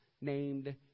named